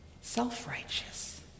self-righteous